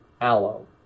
Aloe